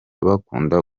bakunda